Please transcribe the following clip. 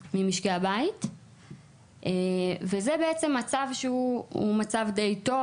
זה בעצם מצב שהוא מצב די טוב.